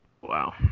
wow